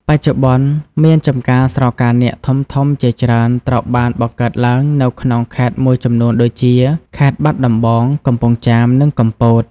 បច្ចុប្បន្ន មានចម្ការស្រកានាគធំៗជាច្រើនត្រូវបានបង្កើតឡើងនៅក្នុងខេត្តមួយចំនួនដូចជា ខេត្តបាត់ដំបង កំពង់ចាម និងកំពត។